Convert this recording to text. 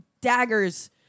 daggers